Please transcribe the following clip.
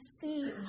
see